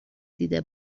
دیده